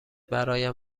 برایم